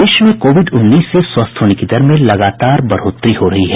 प्रदेश में कोविड उन्नीस से स्वस्थ होने की दर में लगातार बढ़ोतरी हो रही है